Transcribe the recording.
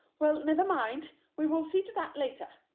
well, never mind, we will see to that later.